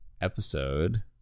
episode